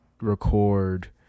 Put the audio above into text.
record